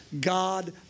God